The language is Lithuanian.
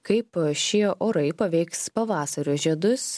kaip šie orai paveiks pavasario žiedus